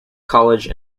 college